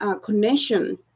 connection